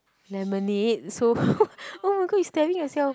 lemonade so oh my god you starring yourself